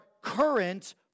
current